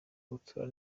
gutura